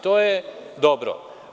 To je dobro.